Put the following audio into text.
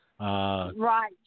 Right